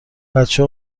بچه